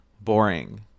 boring